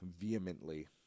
vehemently